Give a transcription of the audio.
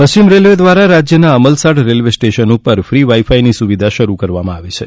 પશ્ચિમ રેલવે દ્વારા રાજ્યના અમલસાડ રેલવે સ્ટેશન પર ફી વાઇફાઈની સૂવિધા શરૂ કરવામાં આવી છે